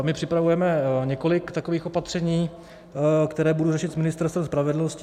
My připravujeme několik takových opatření, která budu řešit s Ministerstvem spravedlnosti.